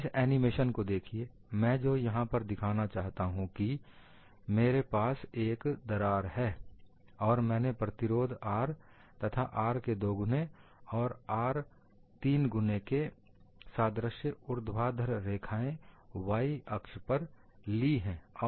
इस एनिमेशन को देखिए मैं जो यहां पर दिखाना चाहता हूं कि मेरे पास एक दरार है और मैंने प्रतिरोध R तथा R के दोगुने और R 3 गुने के सादृश्य ऊर्ध्वाधर रेखाएं y अक्ष पर ली हैं